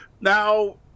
Now